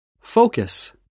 Focus